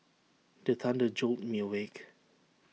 the thunder jolt me awake